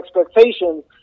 expectations